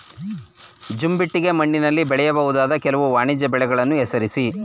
ಜಂಬಿಟ್ಟಿಗೆ ಮಣ್ಣಿನಲ್ಲಿ ಬೆಳೆಯಬಹುದಾದ ಕೆಲವು ವಾಣಿಜ್ಯ ಬೆಳೆಗಳನ್ನು ಹೆಸರಿಸಿ?